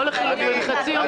הציבור